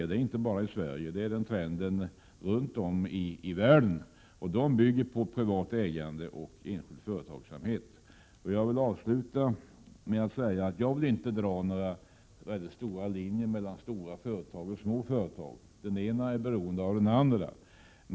Det gäller inte bara i Sverige, utan det är trenden runt om i världen. De bygger på privat ägande och enskild företagsamhet. Jag vill avsluta med att säga att jag inte vill dra några gränslinjer mellan stora och små företag. De är beroende av varandra.